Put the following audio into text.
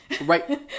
right